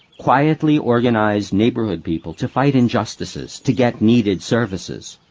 quietly organized neighbourhood people to right injustices, to get needed services.